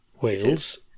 Wales